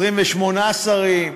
28 שרים.